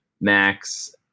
Max